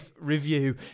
review